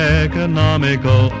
economical